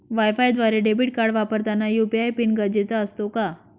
वायफायद्वारे debit card वापरताना UPI PIN गरजेचा असतो का?